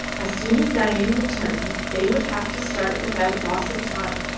as soon as dain returned they would have to start without loss of time,